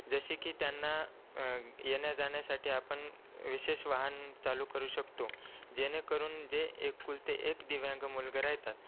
जसे की त्यांना येण्याजाण्यासाठी आपण विशेष वाहन चालू करू शकतो जेणेकरून जे एकुलते एक दिव्यांग मुलगा राहतात